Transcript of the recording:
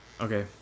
Okay